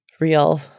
real